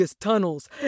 tunnels